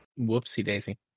Whoopsie-daisy